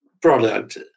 product